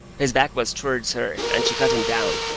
his back was towards her, and she cut him down.